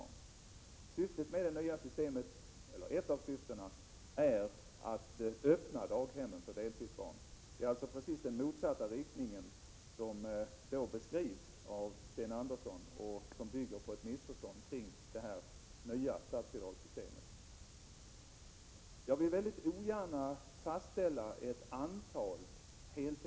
Ett av syftena med det nya statsbidragssystemet är att öppna daghemmen för deltidsbarn. Det nya systemet har alltså en inriktning rakt motsatt den som Sten Andersson i Jag vill mycket ogärna fastställa en viss andel heltidsbarn.